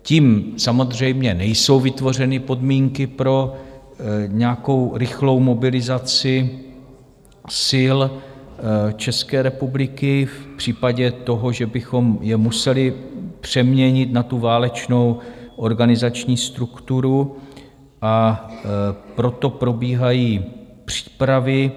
Tím samozřejmě nejsou vytvořeny podmínky pro nějakou rychlou mobilizaci sil České republiky v případě toho, že bychom je museli přeměnit na válečnou organizační strukturu, proto probíhají přípravy.